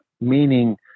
Meaning